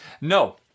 No